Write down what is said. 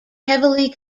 heavily